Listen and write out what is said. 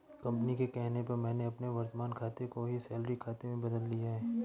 company के कहने पर मैंने अपने वर्तमान खाते को ही सैलरी खाते में बदल लिया है